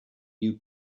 new